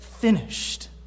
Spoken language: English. finished